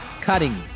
cutting